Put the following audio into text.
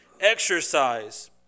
exercise